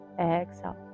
Exhale